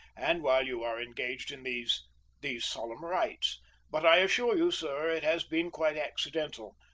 and while you are engaged in these these solemn rites but i assure you, sir, it has been quite accidental.